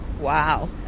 Wow